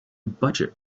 budget